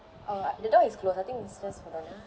uh the door is closed I think it's just hold on ah